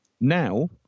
now